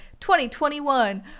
2021